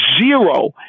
zero